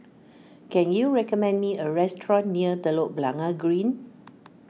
can you recommend me a restaurant near Telok Blangah Green